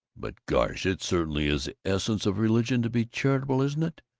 but gosh, it certainly is the essence of religion to be charitable, isn't it?